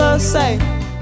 Say